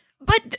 But-